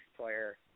player